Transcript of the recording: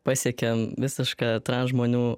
pasiekiam visišką transžmonių